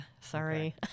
Sorry